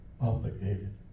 obligated